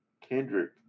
Kendrick